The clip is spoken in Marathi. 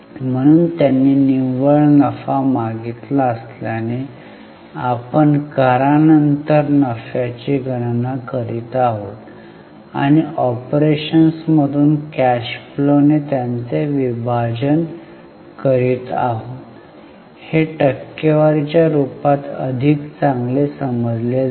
म्हणून त्यांनी निव्वळ नफा मागितला असल्याने आपण करा नंतर नफ्याची गणना करीत आहोत आणि ऑपरेशन्समधून कॅश फ्लो ने त्याचे विभाजन करीत आहोत हे टक्केवारी च्या रूपात अधिक चांगले समजले जाईल